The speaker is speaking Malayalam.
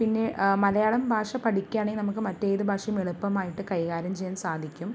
പിന്നെ മലയാളം ഭാഷ പഠിക്കുകയാണെങ്കിൽ നമുക്ക് മറ്റ് ഏതു ഭാഷയും എളുപ്പമായിട്ട് കൈകാര്യം ചെയ്യാൻ സാധിക്കും